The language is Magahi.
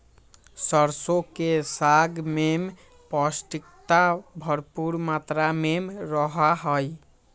सरसों के साग में पौष्टिकता भरपुर मात्रा में रहा हई